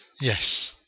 Yes